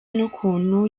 n’ukuntu